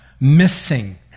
missing